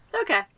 okay